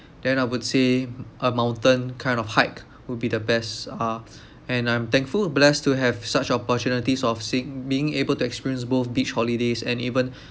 then I would say a mountain kind of hike would be the best ah and I'm thankful and blessed to have such opportunities of seeing being able to experience both beach holidays and even